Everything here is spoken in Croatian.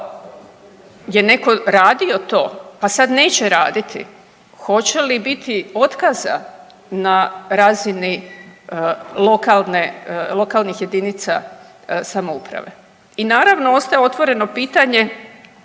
je netko radio to, pa sad neće raditi hoće li biti otkaza na razini lokalne, lokalnih jedinica samouprave. I naravno ostaje otvoreno pitanje